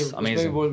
amazing